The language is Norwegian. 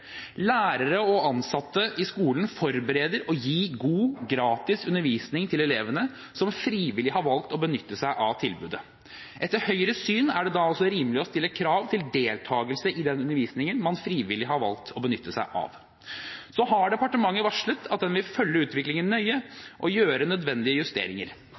Lærere og ansatte i skolen forbereder og gir god gratis undervisning til elevene, som frivillig har valgt å benytte seg av tilbudet. Etter Høyres syn er det da også rimelig å stille krav til deltakelse i den undervisningen man frivillig har valgt å benytte seg av. Departementet har varslet at de vil følge utviklingen nøye og gjøre nødvendige justeringer.